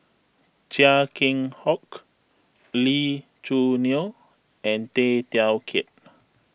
Chia Keng Hock Lee Choo Neo and Tay Teow Kiat